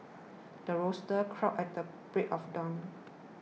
the rooster crows at the break of dawn